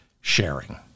sharing